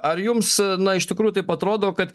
ar jums na iš tikrųjų taip atrodo kad